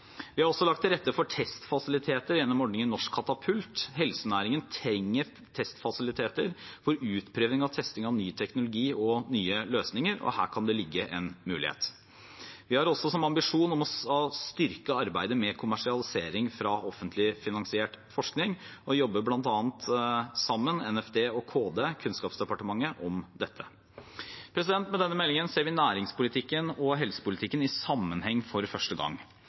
Vi har også lagt til rette for testfasiliteter gjennom ordningen Norsk katapult. Helsenæringen trenger testfasiliteter for utprøving og testing av ny teknologi og nye løsninger, og her kan det ligge en mulighet. Vi har også som ambisjon å styrke arbeidet med kommersialisering fra offentlig finansiert forskning, og Nærings- og fiskeridepartementet og Kunnskapsdepartementet jobber bl.a. sammen om dette. Med denne meldingen ser vi næringspolitikken og helsepolitikken i sammenheng for første gang.